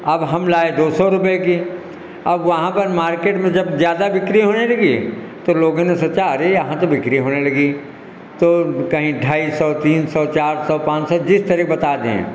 अब हम लाए दो सौ रुपये की अब वहाँ पर मार्केट में जब ज़्यादा बिक्री होने लगी तो लोगों ने सोचा अरे यहाँ तो बिक्री होने लगी तो कहीं ढाई सौ तीन सौ चार सौ पाँच सौ जिस तरह के बता दे